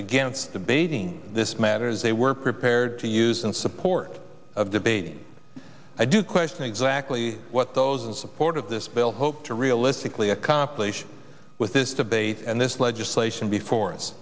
against debating this matter is they were prepared to use in support of debating i do question exactly what those in support of this bill hope to realistically accomplish with this debate and this legislation before us